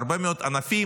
בהרבה מאוד ענפים,